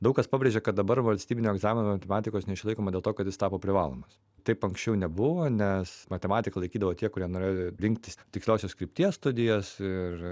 daug kas pabrėžė kad dabar valstybinio egzamino matematikos neišlaikoma dėl to kad jis tapo privalomas taip anksčiau nebuvo nes matematiką laikydavo tie kurie norėjo rinktis tiksliosios krypties studijas ir